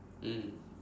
mm